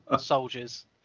soldiers